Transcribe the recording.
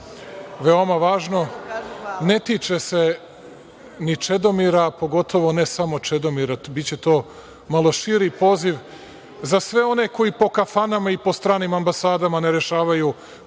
veoma važno. Ne tiče se ni Čedomira, a pogotovo ne samo Čedomira. Biće to malo širi poziv za sve one koji po kafanama i po stranim ambasadama ne rešavaju ko